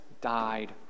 died